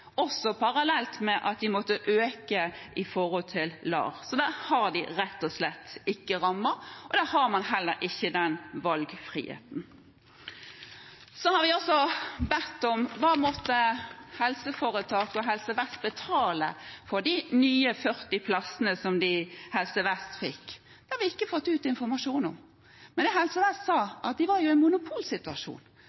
også bedt om å få vite hva Helse Vest måtte betale for de nye 40 plassene som de fikk. Det har vi ikke fått ut informasjon om. Men Helse Vest sa at de var i en monopolsituasjon,